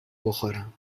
بخورم